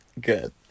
Good